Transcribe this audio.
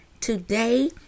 Today